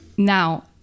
Now